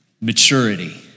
maturity